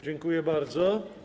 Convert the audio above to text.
Dziękuję bardzo.